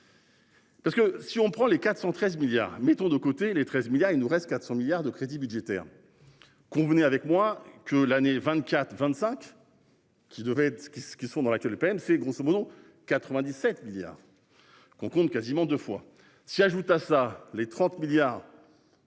Parce que si on prend les 413 milliards. Mettons de côté les 13 milliards. Il nous reste 400 milliards de crédits budgétaires. Convenez avec moi que l'année 24 25. Qui devait être ceux qui ceux qui sont dans l'PMC grosso modo 97 milliards. Qu'on compte quasiment deux fois. S'y ajoute à ça les 30 milliards.